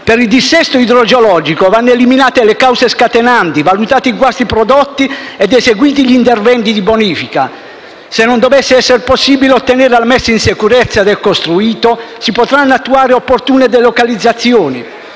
Per il dissesto idrogeologico vanno eliminate le cause scatenanti, valutati i guasti prodotti ed eseguiti gli interventi di bonifica. Se non dovesse essere possibile ottenere la messa in sicurezza del costruito, si potranno attuare opportune delocalizzazioni.